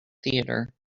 theater